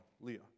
Leah